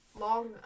long